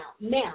Now